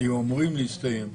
היו אמורים להסתיים.